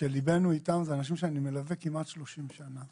שלבנו אתם, אלה אנשים שאני מלווה כמעט 30 שנה.